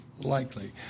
likely